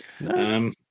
No